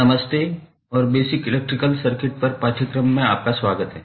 नमस्ते और basic electrical circuit पर पाठ्यक्रम में आपका स्वागत है